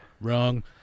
Wrong